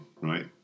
right